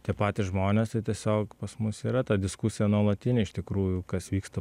tie patys žmonės tai tiesiog pas mus yra ta diskusija nuolatinė iš tikrųjų kas vyksta